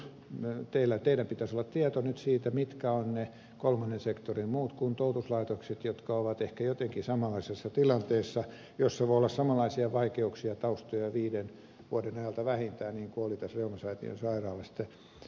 teillä pitäisi olla nyt tieto siitä mitkä ovat ne muut kolmannen sektorin kuntoutuslaitokset jotka ovat ehkä jotenkin samanlaisessa tilanteessa jossa voi olla samanlaisia vaikeuksia taustoja viiden vuoden ajalta vähintään niin kuin oli tässä reumasäätiön sairaalassa